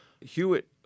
Hewitt